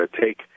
take